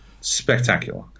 Spectacular